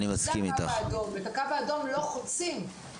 אני חושבת